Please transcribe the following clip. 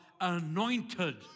anointed